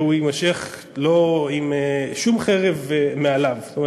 והוא יימשך לא עם חרב מעליו שוב,